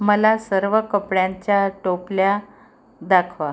मला सर्व कपड्यांच्या टोपल्या दाखवा